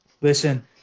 Listen